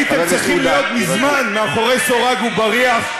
הייתם צריכים להיות מזמן מאחורי סורג ובריח,